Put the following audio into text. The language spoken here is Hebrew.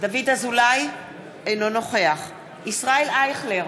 אינו נוכח ישראל אייכלר,